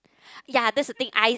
ya that's the thing I